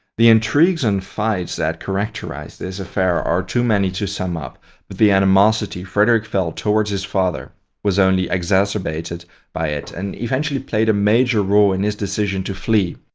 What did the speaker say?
the intrigues and fights that characterized this affair are too many, to sum up, but the animosity frederick felt towards his father was only exacerbated by it and eventually played a major role in his decision to flee,